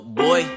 boy